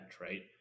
right